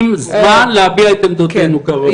ואפילו לא נותנים זמן להביע את עמדותינו כראוי.